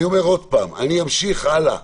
אני אומר שוב, אני אמשיך הלאה